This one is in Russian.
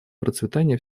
процветания